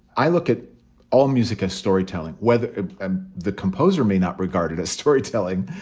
i look at all music as storytelling, whether the composer may not regard it as storytelling,